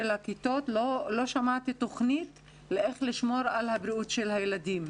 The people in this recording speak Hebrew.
הכיתות תוכנית איך לשמור על בריאות הילדים.